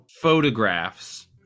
photographs